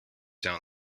down